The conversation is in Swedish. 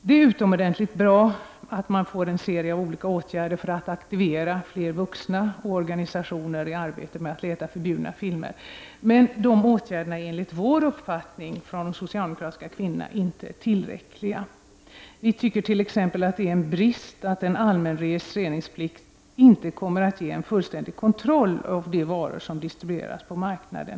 Det är utomordentligt bra att man får en serie åtgärder för att aktivera fler vuxna och organisationer när det gäller att leta efter förbjudna filmer, men enligt oss socialdemokratiska kvinnor är dessa åtgärder inte tillräckliga. Vi tycker t.ex. att det är en brist att en allmän registreringsplikt inte kommer att ge en fullständig kontroll av de varor som distribueras på marknaden.